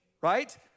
right